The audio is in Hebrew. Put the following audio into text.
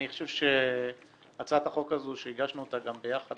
אני חושב שהצעת החוק הזו - שהגשנו אותה ביחד,